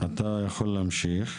אתה יכול להמשיך.